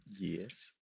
Yes